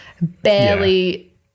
barely